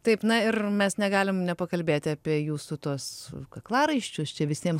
taip na ir mes negalim nepakalbėti apie jūsų tuos kaklaraiščius čia visiems